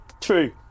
True